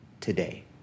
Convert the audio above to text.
today